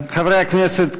חברי הכנסת,